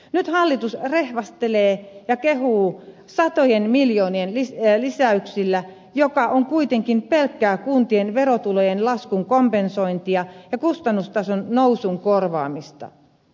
nyt hallitus rehvastelee ja kehuu satojen miljoonien lisäyksillä jotka ovat kuitenkin pelkkää kuntien verotulojen laskun kompensointia ja kustannustason nousun korvaamista